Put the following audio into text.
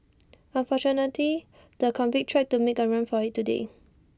unfortunately the convict tried to make A run for IT today